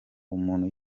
umuntu